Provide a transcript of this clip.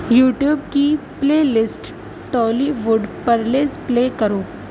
YouTube کی playlist Tollywood pearls play کرو